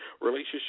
relationship